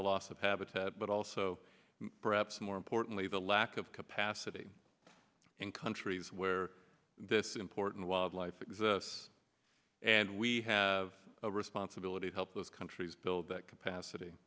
the loss of habitat but also perhaps more importantly the lack of capacity in countries where this important wildlife exists and we have a responsibility to help those countries build that capacity